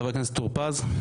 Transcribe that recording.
חבר הכנסת טור פז.